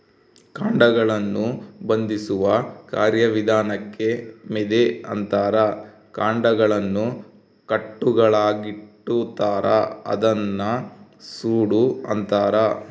ಕಾಂಡಗಳನ್ನು ಬಂಧಿಸುವ ಕಾರ್ಯವಿಧಾನಕ್ಕೆ ಮೆದೆ ಅಂತಾರ ಕಾಂಡಗಳನ್ನು ಕಟ್ಟುಗಳಾಗಿಕಟ್ಟುತಾರ ಅದನ್ನ ಸೂಡು ಅಂತಾರ